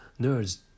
nerds